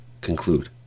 conclude